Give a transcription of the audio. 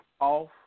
off